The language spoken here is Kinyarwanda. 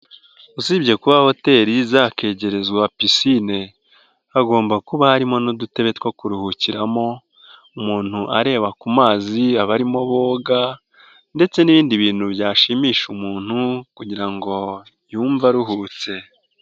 Usibye kuba hotel zakegerezwa pisine hagomba kuba harimo n'udutebe two kuruhukiramo, umuntu areba ku mazi aba arimo boga ndetse n'ibindi bintu byashimisha umuntu kugira ngo yumva aruhutse.